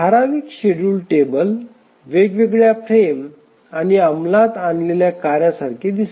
ठराविक schedule table वेगवेगळ्या frame आणि अंमलात आणलेल्या कार्यांसारखे दिसते